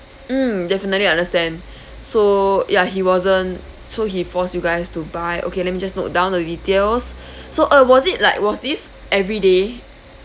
um definitely I understand so ya he wasn't so he forced you guys to buy okay let me just note down the details so uh was it like was this every day